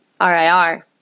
RIR